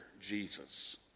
Jesus